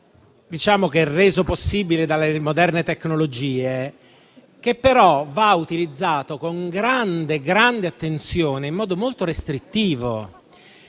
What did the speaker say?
strumento reso possibile dalle moderne tecnologie, che però va utilizzato con grande grande attenzione e in modo molto restrittivo.